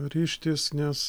ryžtis nes